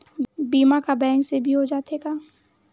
बीमा का बैंक से भी हो जाथे का?